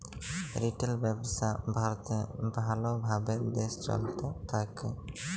retail ব্যবসা ভারতে ভাল ভাবে দেশে চলতে থাক্যে